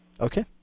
Okay